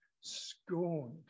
scorned